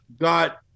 got